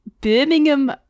Birmingham